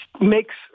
makes